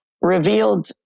revealed